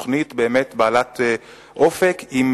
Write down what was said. תוכנית באמת בעלת אופק עם